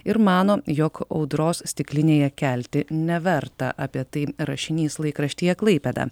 ir mano jog audros stiklinėje kelti neverta apie tai rašinys laikraštyje klaipėda